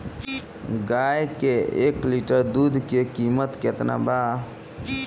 गाय के एक लीटर दूध के कीमत केतना बा?